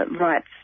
rights